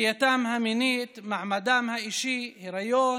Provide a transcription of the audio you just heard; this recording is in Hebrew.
נטייתם המינית, מעמדם האישי, היריון,